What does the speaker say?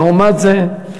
לעומת זאת,